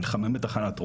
נלחמים בתחנת רוח.